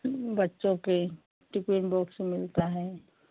बच्चों का tiffin box मिलता है